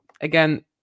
again